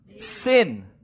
sin